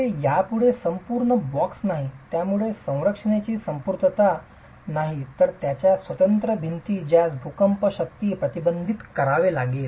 हे यापुढे संपूर्ण बॉक्स नाही यापुढे संरचनेची संपूर्णता नाही तर त्याच्या स्वतंत्र भिंती ज्यास भूकंप शक्तीं प्रतिबंधित करावे लागेल